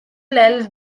held